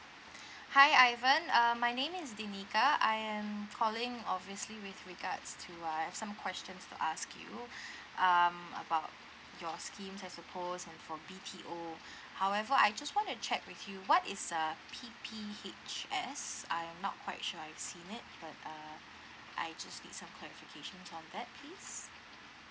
hi ivan um my name is dinika I am calling obviously with regards to uh some questions to ask you um about your schemes I suppose for B_T_O however I just want to check with you what is a P_P_H_S I'm not quite sure I've seen it but uh I just need some clarification on that please